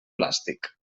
plàstic